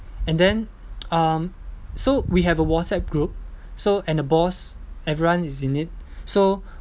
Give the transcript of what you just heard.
and then um so we have a whatsapp group so and the boss everyone is in it so